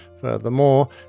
Furthermore